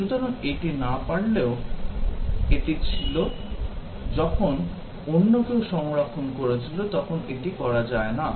সুতরাং এটি না পারলেও সত্যিই এটি ছিল যখন অন্য কেউ সংরক্ষণ করেছিল তখন এটি করা যায় না